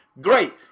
great